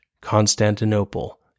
Constantinople